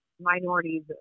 minorities